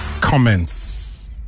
Comments